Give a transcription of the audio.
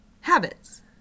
Habits